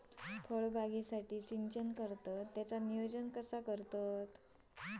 फळबागेसाठी सिंचन करतत त्याचो नियोजन कसो करतत?